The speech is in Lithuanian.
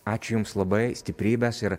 ačiū jums labai stiprybės ir